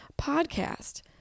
podcast